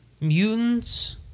mutants